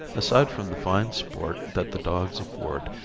aside from the fine sport that the dogs afford,